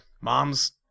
mom's